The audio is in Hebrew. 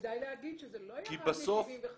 כדאי להגיד שזה לא ירד מ-75.